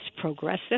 progressive